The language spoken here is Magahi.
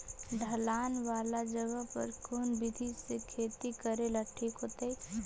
ढलान वाला जगह पर कौन विधी से खेती करेला ठिक होतइ?